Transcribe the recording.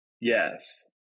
yes